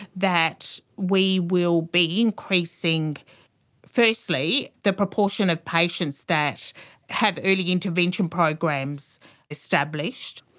that we will be increasing firstly the proportion of patients that have early intervention programs established.